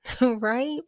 right